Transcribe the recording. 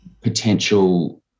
potential